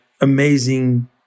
amazing